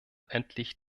endlich